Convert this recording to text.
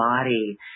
body